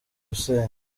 gusenya